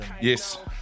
Yes